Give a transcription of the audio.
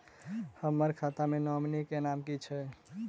हम्मर खाता मे नॉमनी केँ नाम की छैय